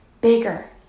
bigger